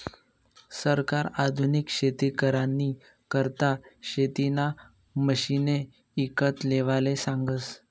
सरकार आधुनिक शेती करानी करता शेतीना मशिने ईकत लेवाले सांगस